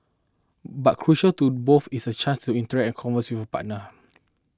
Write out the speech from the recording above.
but crucial to both is a chance to interact and converse with a partner